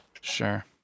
Sure